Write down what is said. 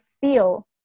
feel